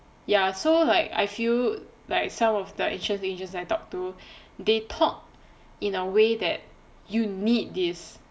ya so like I feel like some of the insurance agents I talk to they talk in a way that you need this